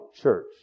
church